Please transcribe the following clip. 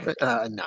No